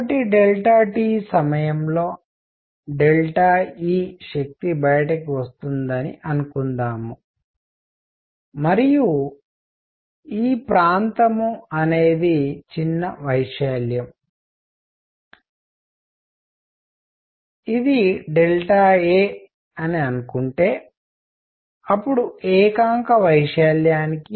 కాబట్టి t సమయం లో E శక్తి బయటకు వస్తుందని అనుకుందాం మరియు ఈ ప్రాంతం అనేది చిన్న వైశాల్యం అనునది A అని అనుకుంటే అప్పుడు ఏకాంక వైశాల్యానికి